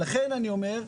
לכן אני אומר,